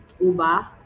uber